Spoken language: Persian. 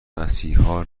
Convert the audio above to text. مسیحا